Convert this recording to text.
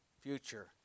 future